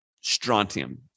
strontium